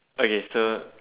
okay so